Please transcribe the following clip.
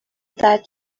that